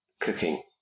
cooking